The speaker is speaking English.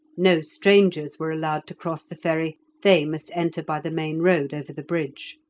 no strangers were allowed to cross the ferry they must enter by the main road over the bridge.